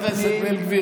חבר הכנסת כהן,